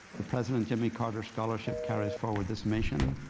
the president jimmy carter scholarship carries forward this mission,